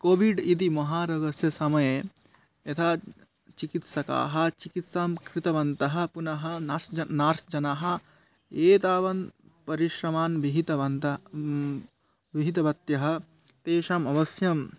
COVID इति महारोगस्य समये यथा चिकित्सकाः चिकित्सां कृतवन्तः पुनः नास्ज नास् जनाः एतावन् परिश्रमान् विहितवन्तः विहितवत्यः तेषाम् अवश्यं